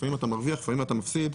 לפעמים אתה מרוויח לפעמים אתה מפסיד,